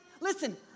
Listen